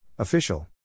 Official